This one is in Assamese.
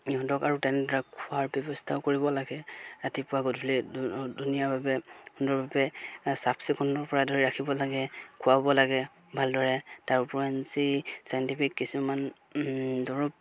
ইহঁতক আৰু তেনেদৰে খোৱাৰ ব্যৱস্থাও কৰিব লাগে ৰাতিপুৱা গধূলি ধুনীয়াভাৱে সুন্দৰভাৱে চাফচিকুণৰপৰা ধৰি ৰাখিব লাগে খুৱাব লাগে ভালদৰে তাৰ ওপৰিঞ্চি চাইণ্টিফিক কিছুমান দৰৱ